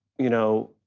you know,